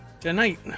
Tonight